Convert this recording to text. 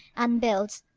and builds,